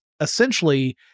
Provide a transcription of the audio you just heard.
essentially